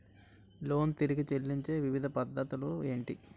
Loan తిరిగి చెల్లించే వివిధ పద్ధతులు ఏంటి?